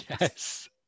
Yes